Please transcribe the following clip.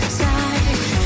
side